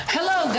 Hello